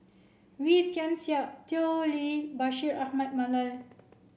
Wee Tian Siak Tao Li Bashir Ahmad Mallal